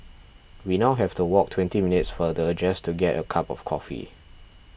we now have to walk twenty minutes farther just to get a cup of coffee